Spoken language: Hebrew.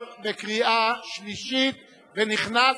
נתקבל.